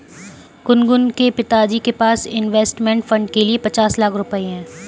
गुनगुन के पिताजी के पास इंवेस्टमेंट फ़ंड के लिए पचास लाख रुपए है